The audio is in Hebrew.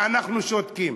ואנחנו שותקים.